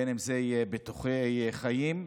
ביטוחי חיים.